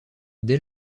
dès